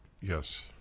Yes